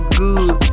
good